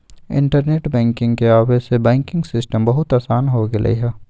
internet banking के आवे से बैंकिंग सिस्टम बहुत आसान हो गेलई ह